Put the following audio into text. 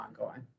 ongoing